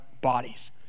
bodies